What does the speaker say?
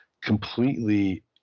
completely